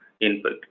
input